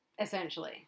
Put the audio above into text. essentially